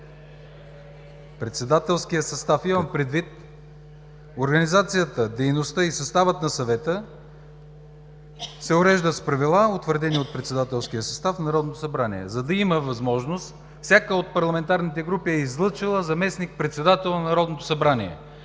„председателския състав“. Имам предвид: „Организацията, дейността и съставът на Съвета се уреждат с правила, утвърдени от председателския състав на Народното събрание“, за да има възможност, всяка от парламентарните групи е излъчила заместник-председател на Народното събрание,